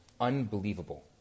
Unbelievable